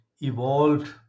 evolved